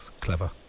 Clever